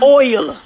oil